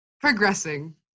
progressing